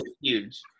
huge